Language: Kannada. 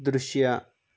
ದೃಶ್ಯ